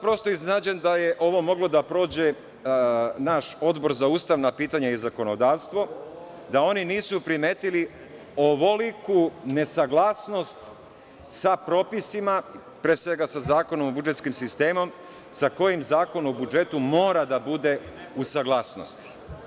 Prosto sam iznenađen da je ovo moglo da prođe naš Odbor za ustavna pitanja i zakonodavstvo, da oni nisu primetili ovoliku nesaglasnost sa propisima, pre svega sa Zakonom o budžetskom sistemu, sa kojim Zakon o budžetu mora da bude u saglasnosti.